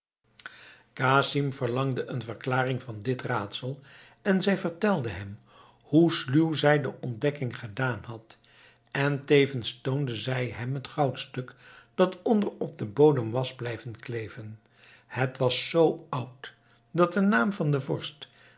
casim verlangde een verklaring van dit raadsel en zij vertelde hem hoe sluw zij de ontdekking gedaan had en tevens toonde zij hem het goudstuk dat onder op den bodem was blijven kleven het was zoo oud dat de naam van den vorst